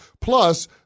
Plus